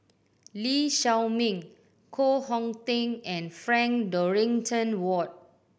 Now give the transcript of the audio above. Lee Shao Meng Koh Hong Teng and Frank Dorrington Ward